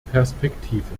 perspektive